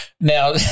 Now